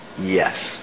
Yes